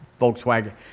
Volkswagen